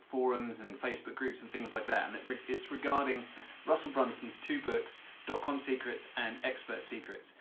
forums and facebook groups and things like that. and it's regarding russell brunson's two books, dotcom secrets and expert secrets.